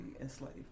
enslaved